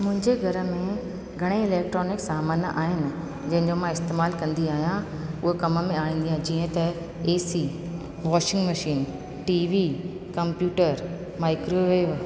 मुंजे घर में घणा ई इलेक्ट्रॉनिक सामान आहिनि जंहिंजो मां इस्तेमाल कंदी आयां उर कम में आणींदी आहियां जीअं त AC washing machine TV computer microwave